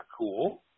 cool